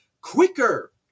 quicker